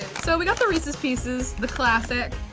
so we got the reese's pieces, the classic.